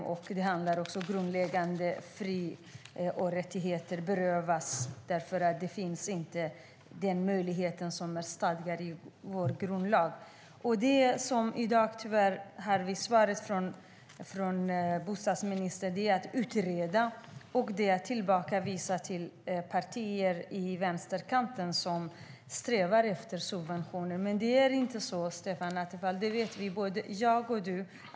Det handlar också om att grundläggande fri och rättigheter, som är stadgade i vår grundlag, därmed berövas. Svaret från bostadsministern är tyvärr att utreda. Han tillbakavisar till att partier på vänsterkanten strävar efter subventioner. Det är inte så, Stefan Attefall, och det vet både jag och du.